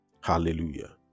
Hallelujah